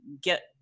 get